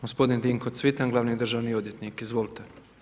Gospodin Dinko Cvitan, glavni državni odvjetnik, izvolite.